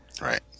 Right